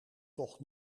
toch